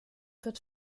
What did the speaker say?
wird